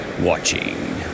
watching